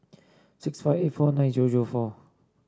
six five eight four nine zero zero four